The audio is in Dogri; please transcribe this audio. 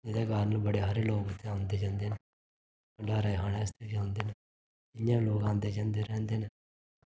एहदे कारण बडे सारे लोक इत्थै ओंदे जंदे न भंडारे खाने आस्ते बी औंदे न इ'यां गै लोक औंदे जंदे रौंह्दे न